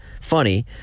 funny